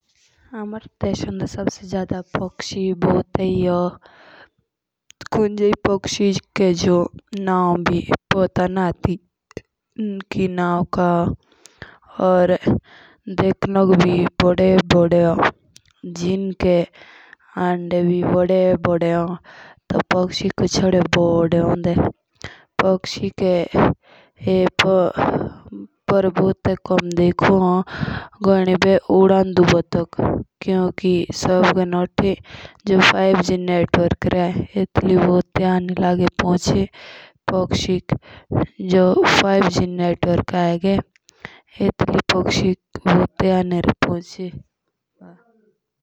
हमारे देसों दे बहुत सारे पक्‍ची माननीय। कू जे पच्ची के नाम भी पोता न एंटी कि का होन तेनु के नाम या देखनोक भी बोडे बोडे होन। पीआर ईबे किमी गी होई काहे से कि जो साल 5जी नेटवर्क के कारण किमी रे होंदे लगी।